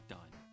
Done